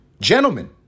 Gentlemen